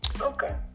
Okay